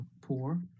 poor